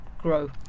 grow